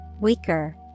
weaker